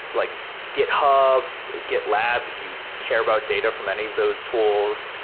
like github, gitlab, if you care about data for many of those tools,